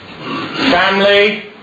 Family